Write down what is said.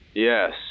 Yes